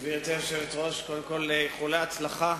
גברתי היושבת-ראש, קודם כול, איחולי הצלחה.